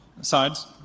sides